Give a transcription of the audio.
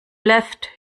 left